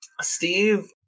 Steve